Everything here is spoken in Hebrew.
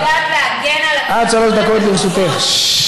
עד שלוש דקות לרשותך.